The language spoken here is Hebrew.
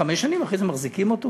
חמש שנים, אחרי זה מחזיקים אותו.